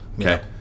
okay